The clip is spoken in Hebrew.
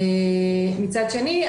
מצד שני,